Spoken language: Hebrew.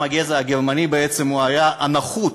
בסולם הגזע הגרמני בעצם היה נחות?